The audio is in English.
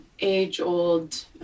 age-old